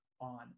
on